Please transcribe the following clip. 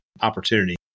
opportunity